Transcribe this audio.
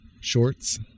shorts